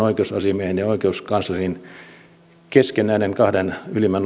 oikeusasiamiehen ja oikeuskanslerin kesken näiden kahden ylimmän